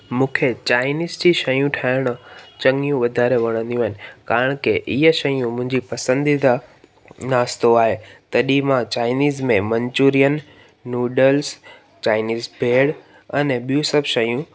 मूंखे चाइनीज़ जी शयूं ठाहिणु चङियूं वधारे वणंदियूं आहिनि छाकाणि कि इहे शयूं मुंहिंजी पसंदीदा नास्तो आहे तॾहिं मां चाइनीज़ में मन्चूरियन नूडल्स चाइनीज़ भेण अने ॿियूं सभु शयूं